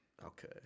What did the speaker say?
Okay